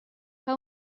que